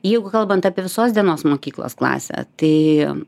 jeigu kalbant apie visos dienos mokyklos klasę tai